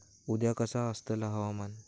उद्या कसा आसतला हवामान?